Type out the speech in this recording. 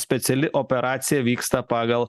speciali operacija vyksta pagal